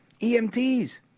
EMTs